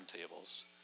tables